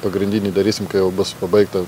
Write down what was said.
pagrindinį darysim kai bus pabaigta